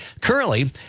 Currently